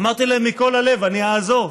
אמרתי להם מכל הלב: אני אעזור.